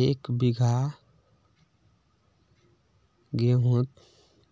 एक बिगहा गेँहूत